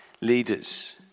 leaders